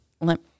let